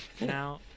now